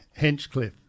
Henchcliffe